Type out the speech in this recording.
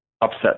upset